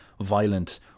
violent